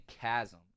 chasm